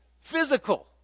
physical